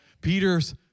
Peter's